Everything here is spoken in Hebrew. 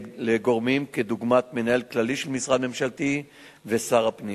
לגורמים דוגמת מנהל כללי של משרד ממשלתי ושר הפנים.